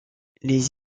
les